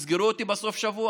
אם יסגרו אותי בסוף שבוע,